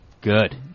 Good